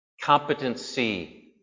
competency